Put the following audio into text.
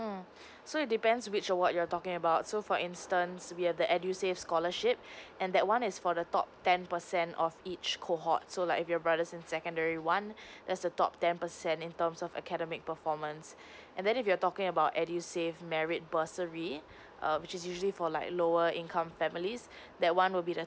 mm so it depends which or what you're talking about so for instance we have the edusave scholarship and that one is for the top ten percent of each cohort so like if your brother is in secondary one there's a top ten percent in terms of academic performance and then if you're talking about edusave merit bursary err which is usually for like lower income families that one will be the